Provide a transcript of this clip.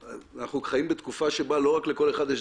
אנחנו חיים בתקופה שבה לא רק לכל אחד יש